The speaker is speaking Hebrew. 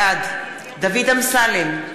בעד דוד אמסלם,